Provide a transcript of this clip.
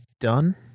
done